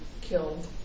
killed